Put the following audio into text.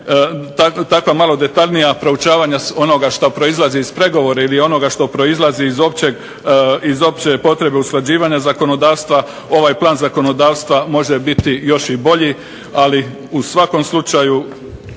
takva malo detaljnija proučavanja onoga što proizlazi iz pregovora ili onoga što proizlazi iz opće potrebe usklađivanja zakonodavstva ovaj plan zakonodavstva može biti još i bolji, ali u svakom slučaju